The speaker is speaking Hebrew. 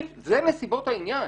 זה נסיבות העניין,